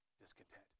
discontent